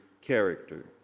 character